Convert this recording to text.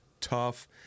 tough